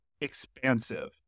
expansive